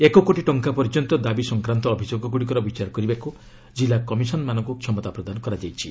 ଏକ କୋଟି ଟଙ୍କା ପର୍ଯ୍ୟନ୍ତ ଦାବି ସଂକ୍ରାନ୍ତ ଅଭିଯୋଗଗୁଡ଼ିକର ବିଚାର କରିବାକୁ ଜିଲ୍ଲା କମିଶନ୍ମାନଙ୍କୁ କ୍ଷମତା ପ୍ରଦାନ କରାଯାଇଛି